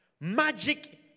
magic